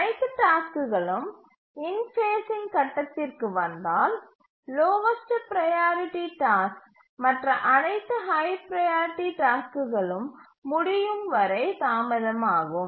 அனைத்து டாஸ்க்குகளும் இன்ஃபேஸ்சிங் கட்டத்திற்கு வந்தால் லோவஸ்ட் ப்ரையாரிட்டி டாஸ்க் மற்ற அனைத்து ஹய் ப்ரையாரிட்டி டாஸ்க்குகளும் முடியும் வரை தாமதமாகும்